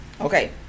okay